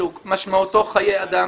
שמשמעותו חיי אדם,